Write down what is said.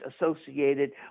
associated